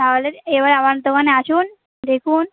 তাহলে এবারে আমার দোকানে আসুন দেখুন